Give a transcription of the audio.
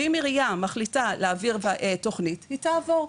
ואם מרים מחליטה להעביר תוכנית היא תעבור.